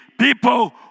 People